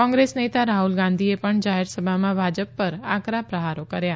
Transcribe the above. કોંગ્રેસ નેતા રાફલ ગાંધીએ પણ જાહેરસભામાં ભાજપ પર આકરા પ્રહારો કર્યા